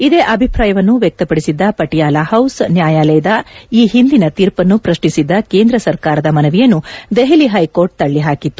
ಇದೇ ಅಭಿಪ್ರಾಯವನ್ನು ವ್ಯಕ್ತಪಡಿಸಿದ್ದ ಪಟಿಯಾಲ ಹೌಸ್ ನ್ಯಾಯಾಲಯದ ಈ ಹಿಂದಿನ ತೀರ್ಪನ್ನು ಪ್ರಶ್ನಿಸಿದ್ದ ಕೇಂದ್ರ ಸರ್ಕಾರದ ಮನವಿಯನ್ನು ದೆಹಲಿ ಹೈಕೋರ್ಟ್ ತಳ್ಳಿ ಹಾಕಿತ್ತು